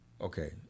Okay